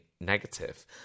negative